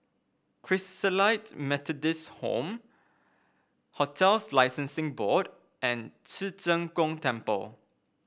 Christalite Methodist Home Hotels Licensing Board and Ci Zheng Gong Temple